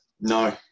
No